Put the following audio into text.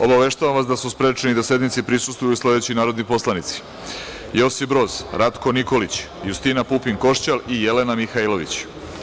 Obaveštavam vas da su sprečeni da sednici prisustvuju sledeći narodni poslanici: Josip Broz, Ratko Nikolić, Justina Pupin Košćal, Jelena Mihailović.